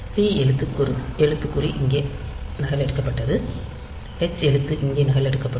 t எழுத்துக்குறி அங்கே நகலெடுக்கப்பட்டது h எழுத்து இங்கே நகலெடுக்கப்படும்